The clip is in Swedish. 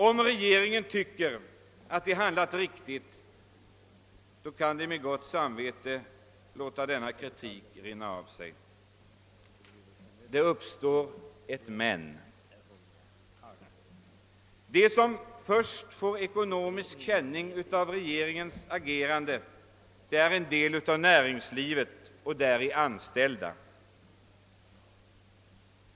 Om regeringen tycker att den handlat riktigt, kan den med gott samvete låta denna kritik rinna av sig, men då upp står ett men. De som först får ekonomisk känning av regeringens agerande är en del av näringslivet och de däri anställda.